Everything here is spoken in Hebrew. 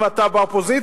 אם אתה באופוזיציה,